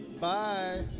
Bye